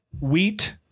wheat